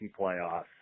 playoffs